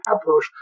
approach